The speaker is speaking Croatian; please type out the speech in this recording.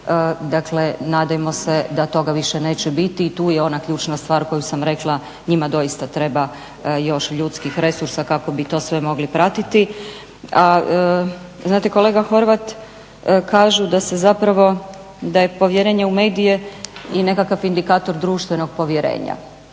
Dakle, nadajmo se da toga više neće biti i tu je ona ključna stvar koju sam rekla njima doista treba još ljudskih resursa kako bi to sve mogli pratiti. A znate kolega Horvat, kažu da se zapravo, da je povjerenje u medije i nekakav indikator društvenog povjerenja.